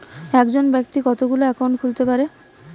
একজন ব্যাক্তি কতগুলো অ্যাকাউন্ট খুলতে পারে?